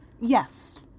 Yes